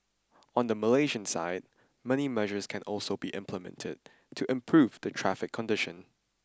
on the Malaysian side many measures can also be implemented to improve the traffic condition